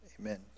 Amen